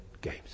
games